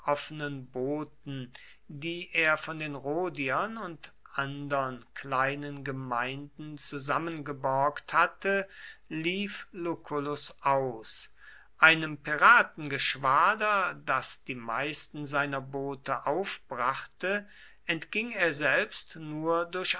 booten die er von den rhodiern und andern kleinen gemeinden zusammengeborgt hatte lief lucullus aus einem piratengeschwader das die meisten seiner boote aufbrachte entging er selbst nur durch